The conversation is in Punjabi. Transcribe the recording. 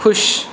ਖੁਸ਼